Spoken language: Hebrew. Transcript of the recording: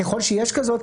ככל שיש כזאת,